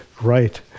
right